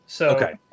Okay